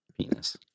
Penis